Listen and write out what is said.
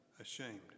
ashamed